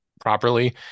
properly